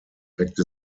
weckte